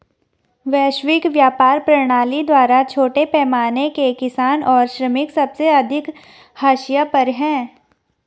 वैश्विक व्यापार प्रणाली द्वारा छोटे पैमाने के किसान और श्रमिक सबसे अधिक हाशिए पर हैं